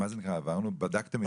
מה זה נקרא עברנו, בדקתם?